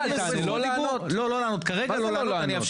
אף פעם לא נגיע לזה.